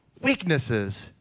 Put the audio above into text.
weaknesses